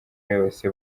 yose